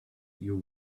your